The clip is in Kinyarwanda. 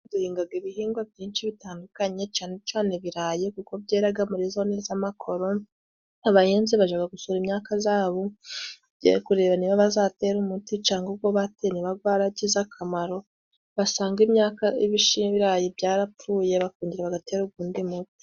Duhingaga ibihingwa byinshi bitandukanye cane cane ibirayi kuko byeraga muri zone z'amakoro abahinzi baja gusura imyaka zabo bagiye kureba niba bazatera umuti cangwa ugo bateye niba gwaragize akamaro basanga imyaka y'ibishibirayi byarapfuye bakongera bagatera ugundi muti.